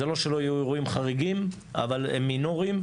זה לא שלא יהיו אירועים חריגים אבל הם מינוריים,